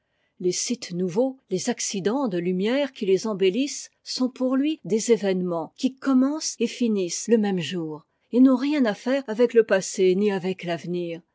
les sites nouveaux les accidents de lumière qui ës embellissent sont pour lui des événements qui commencent et finissent le même jour et n'ont rien à faire avec le passé ni avec l'avenir